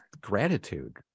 gratitude